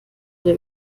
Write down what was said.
der